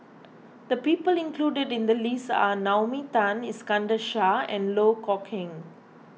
the people included in the list are Naomi Tan Iskandar Shah and Loh Kok Heng